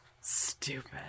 Stupid